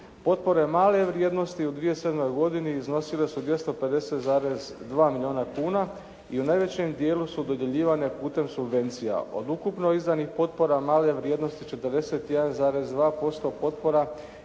Potpore male vrijednosti u 2007. godini iznosile su 250,2 milijuna kuna i u najvećem dijelu su dodjeljivane putem subvencija. Od ukupno izdanih potpora male vrijednosti 41,2% potpora